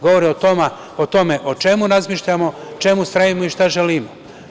Govori o tome o čemu razmišljamo, čemu stremimo i šta želimo.